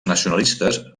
nacionalistes